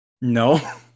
no